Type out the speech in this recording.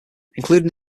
including